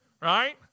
right